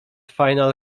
final